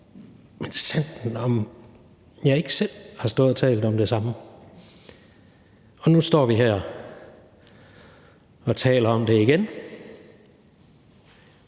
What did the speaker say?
Minsandten om jeg ikke selv har stået og talt om det samme. Nu står vi her og taler om det igen.